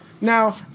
Now